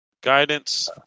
guidance